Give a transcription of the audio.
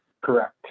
correct